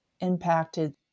impacted